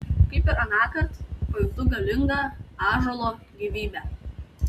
kaip ir anąkart pajuntu galingą ąžuolo gyvybę